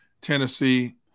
Tennessee